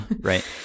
right